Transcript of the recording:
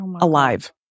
alive